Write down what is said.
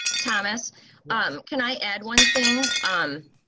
thomas um, can i add one thing, um,